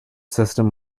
system